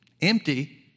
empty